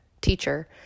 teacher